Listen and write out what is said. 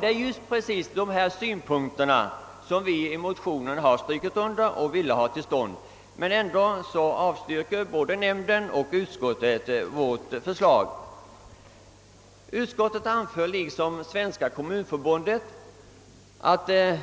Det är just dessa synpunkter vi motionärer strukit under och sådana åtgärder vi vill ha till stånd, men ändå avstyrker både naturvårdsnämnden och utskottet vårt förslag. Utskottet anför, liksom Svenska kommunförbundet, att där